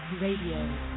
Radio